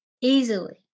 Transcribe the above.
easily